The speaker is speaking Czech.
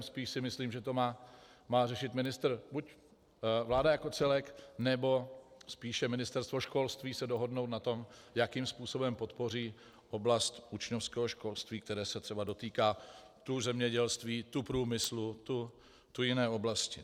Spíš si myslím, že to má řešit ministr, buď vláda jako celek, nebo spíše Ministerstvo školství se dohodnout na tom, jakým způsobem podpoří oblast učňovského školství, které se třeba dotýká tu zemědělství, tu průmyslu, tu jiné oblasti.